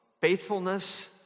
faithfulness